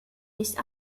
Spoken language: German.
nicht